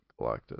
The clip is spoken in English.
Galactus